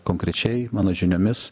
konkrečiai mano žiniomis